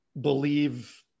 believe